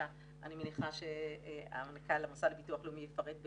אני מניחה שמנכ"ל המוסד לביטוח לאומי יפרט יותר,